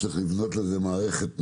צריך לבנות לזה מערכת נכונה,